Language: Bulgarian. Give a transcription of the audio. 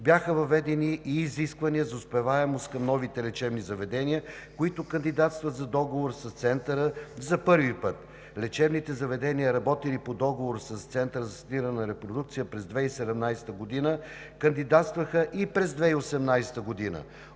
Бяха въведени и изисквания за успеваемост към новите лечебни заведения, които кандидатстват за договор с Центъра за първи път. Лечебните заведения, работили по договор с Центъра за асистирана репродукция през 2017 г., кандидатстваха и през 2018 г.